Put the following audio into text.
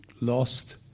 lost